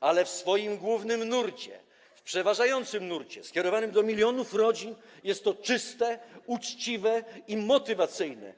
to jednak w swoim głównym nurcie, w przeważającym nurcie skierowanym do milionów rodzin jest to czyste, uczciwe i motywacyjne.